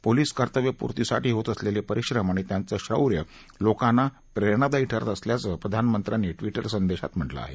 police कर्तव्य पुर्तीसाठी होत असलेले परिश्रम आणि त्यांच शौर्य लोकांना प्रेरणादायी ठरत असल्याचंप्रधानमंत्र्यांनी ट्विट संदेशात म्हटलं आहे